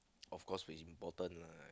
of course kids important right